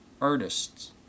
artists